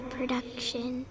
Production